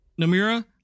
Namira